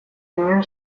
ginen